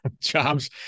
jobs